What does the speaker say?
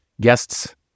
guests